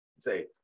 say